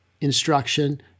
instruction